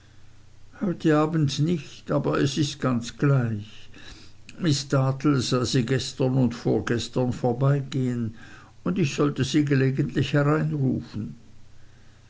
heute abends nicht aber es ist ganz gleich miß dartle sah sie gestern und vorgestern vorbeigehen und ich sollte sie gelegentlich